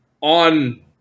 on